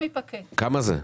כמה זה?